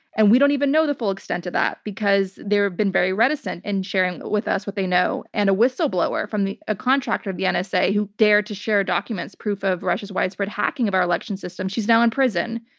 and we don't even know the full extent of that because they have been very reticent in sharing with us what they know. and a whistleblower from the a contractor at the and nsa who dared to share documents, proof of russia's widespread hacking of our election system-she's now in prison.